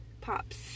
Pops